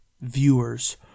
viewers